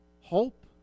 hope